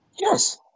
Yes